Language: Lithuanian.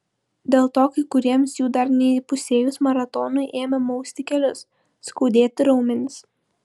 dėl to kai kuriems jų dar neįpusėjus maratonui ėmė mausti kelius skaudėti raumenis